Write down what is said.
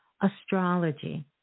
astrology